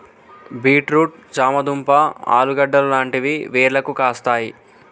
beet root చామ దుంప ఆలుగడ్డలు లాంటివి వేర్లకు కాస్తాయి